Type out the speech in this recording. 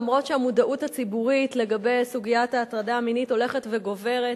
למרות העובדה שהמודעות הציבורית בסוגיית ההטרדה המינית הולכת וגוברת,